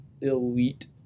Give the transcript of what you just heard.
elite